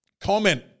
Comment